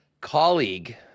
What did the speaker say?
colleague